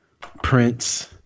Prince